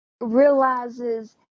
realizes